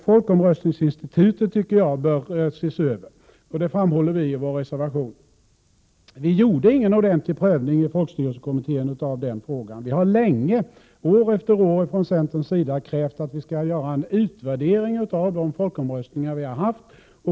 Folkomröstningsinstitutet bör ses över, och det framhåller vi i vår reservation. Vi gjorde ingen ordentlig prövning av den frågan i folkstyrelsekommittén. År efter år har vi från centerns sida krävt att man skall göra en utvärdering av de folkomröstningar som skett.